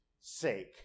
sake